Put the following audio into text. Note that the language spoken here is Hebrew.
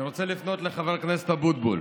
אני רוצה לפנות לחבר הכנסת אבוטבול.